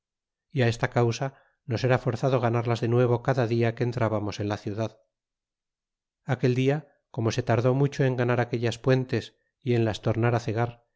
y esta causa nos era forzado ganarlas de nuevo cada dia que entrábamos en la ciudad aquel tia como se tardó mucho en ganar aquellas puentes y en las tornar á cegar